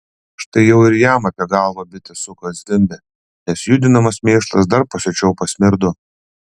štai jau ir jam apie galvą bitė suka zvimbia nes judinamas mėšlas dar pasiučiau pasmirdo